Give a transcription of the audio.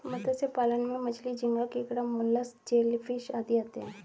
मत्स्य पालन में मछली, झींगा, केकड़ा, मोलस्क, जेलीफिश आदि आते हैं